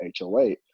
HOA